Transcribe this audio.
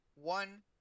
One